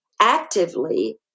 actively